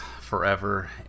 forever